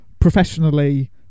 professionally